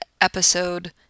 episode